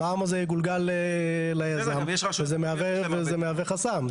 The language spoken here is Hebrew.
המע"מ הזה יגולגל ליזם, וזה מהווה חסם.